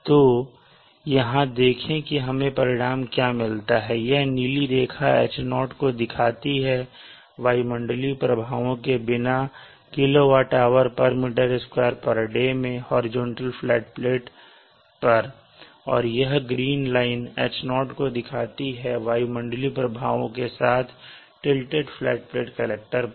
तो यहां देखें कि हमें परिणाम क्या मिलता है यह नीली रेखा H0 को दिखाती है वायुमंडलीय प्रभावों के बिना kWhm2day में हॉरिजॉन्टल फ्लैट प्लेट पर और यह ग्रीन लाइन H0 को दिखाती है वायुमंडलीय प्रभावों के साथ टिल्टेड फ्लैट प्लेट कलेक्टर पर